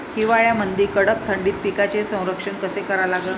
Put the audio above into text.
हिवाळ्यामंदी कडक थंडीत पिकाचे संरक्षण कसे करा लागन?